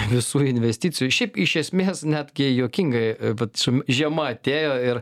visų investicijų šiaip iš esmės netgi juokingai vat su m žiema atėjo ir